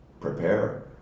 prepare